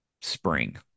spring